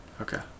Okay